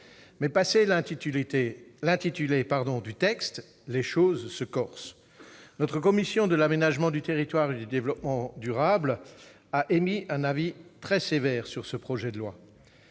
Mais passé l'intitulé du texte, les choses se corsent ... Notre commission de l'aménagement du territoire et du développement durable a émis un avis très sévère sur le projet de loi.